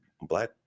black